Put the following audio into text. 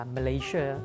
Malaysia